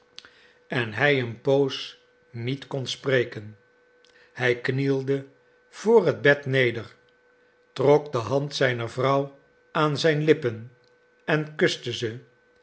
en hij een poos niet kon spreken hij knielde voor het bed neder trok de hand zijner vrouw aan zijn lippen en kuste